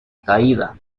caída